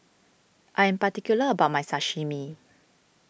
I am particular about my Sashimi